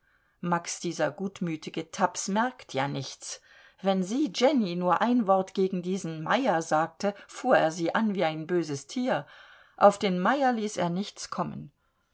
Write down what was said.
max dieser gutmütige taps merkte ja nichts wenn sie jenny nur ein wort gegen diesen meyer sagte fuhr er sie an wie ein böses tier auf den meyer ließ er nichts kommen